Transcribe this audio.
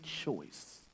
choice